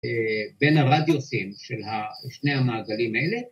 ‫בין הרדיוסים של שני המעגלים האלה.